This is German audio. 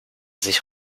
sich